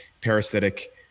parasitic